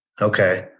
Okay